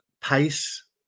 pace